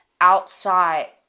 outside